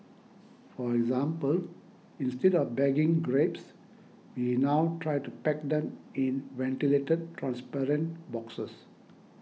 for example instead of bagging grapes we now try to pack them in ventilated transparent boxes